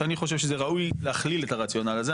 שאני חושב שזה ראוי להכליל את הרציונל הזה.